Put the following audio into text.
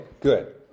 good